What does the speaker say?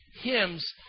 hymns